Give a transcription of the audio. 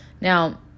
Now